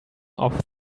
off